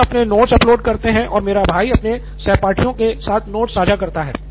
शिक्षक अपने notes upload करते हैं और मेरा भाई अपने सहपाठियों के साथ नोट्स साझा करता हैं